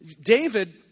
David